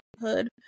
hood